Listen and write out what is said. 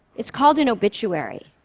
it's called an obituary.